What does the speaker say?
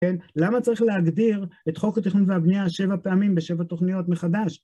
כן? למה צריך להגדיר, את חוק התכנון והבנייה, שבע פעמים, בשבע תוכניות מחדש?